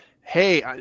Hey